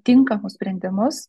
tinkamus sprendimus